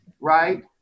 right